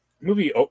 Movie